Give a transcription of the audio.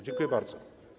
Dziękuję bardzo.